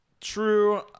True